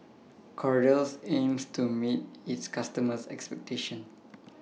Kordel's aims to meet its customers' expectations